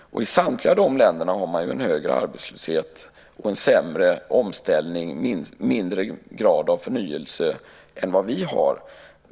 I samtliga dessa länder har man en högre arbetslöshet, en sämre omställning och en lägre grad av förnyelse än vad vi har.